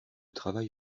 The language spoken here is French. travail